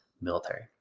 military